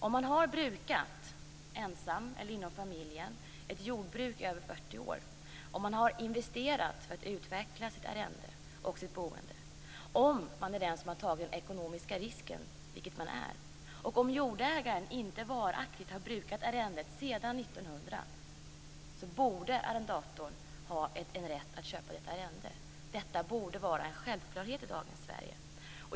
Om man, ensam eller inom familjen, har brukat ett jordbruk i över 40 år, om man har investerat för att utveckla sitt arrende och sitt boende, om man är den som har tagit den ekonomiska risken, vilket man är, och om jordägaren inte varaktigt har brukat arrendet sedan 1900, borde arrendatorn ha en rätt att köpa detta arrende. Detta borde vara en självklarhet i dagens Sverige.